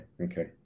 okay